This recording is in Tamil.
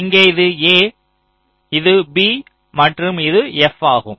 இங்கே இது a இது b மற்றும் இது f ஆகும்